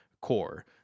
core